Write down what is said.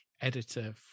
editor